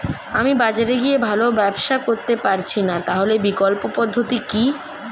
আমি বাজারে গিয়ে ভালো ব্যবসা করতে পারছি না তাহলে বিকল্প পদ্ধতি কি?